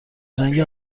جنگ